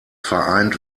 vereint